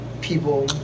people